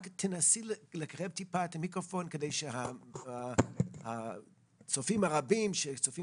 רק תנסי לקרב את המיקרופון כדי שהצופים הרבים שצופים